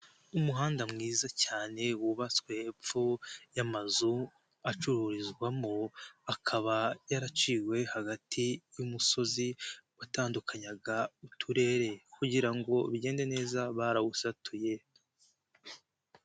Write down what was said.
Umuhanda mwiza cyane wubatswe hepfo y'amazu acururizwamo, akaba yaraciwe hagati y'umusozi watandukanyaga uturere kugira ngo bigende neza barawusatuye.